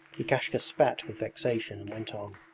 lukashka spat with vexation and went on.